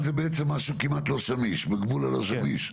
1 זה בעצם בגבול הלא שמיש.